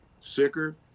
sicker